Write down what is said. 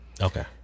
okay